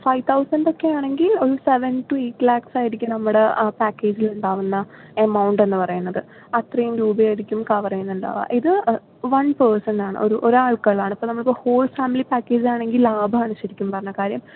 five thousand ഒക്കെ ആണെങ്കിൽ ഒരു സെവൻ ടൂ എയിറ്റ് ലാക്ക്സ് ആയിരിക്കണം ഇവിടെ പാക്കേജിൽ ഉണ്ടാകുന്ന എമൗണ്ട് എന്ന് പറയുന്നത് അത്രയും രൂപയായിരിക്കും കവർ ചെയ്യുന്നുണ്ടാവുക ഇത് വൺ പേഴ്സൺ ആണ് ഒരു ഒരാൾക്ക് ഉള്ളതാണ് ഇപ്പോൾ നമ്മളിപ്പോൾ ഹോൾ ഫാമിലി പാക്കേജ് ആണെങ്കിൽ ലാഭമാണ് ശരിക്കും പറഞ്ഞാൽ കാര്യം